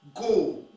Go